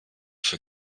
für